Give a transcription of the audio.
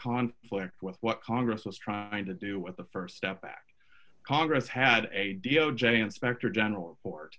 conflict with what congress was trying to do with the st step back congress had a d o j inspector general report